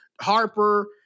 Harper